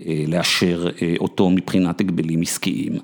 לאשר אותו מבחינת הגבלים עסקיים.